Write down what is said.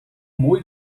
muy